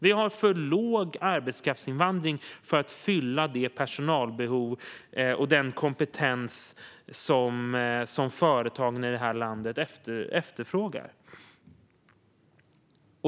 Vi har för låg arbetskraftsinvandring för att fylla de behov av personal och kompetens som företagen här i landet har.